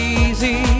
easy